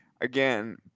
again